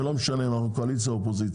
ולא משנה אם אנחנו קואליציה או אופוזיציה.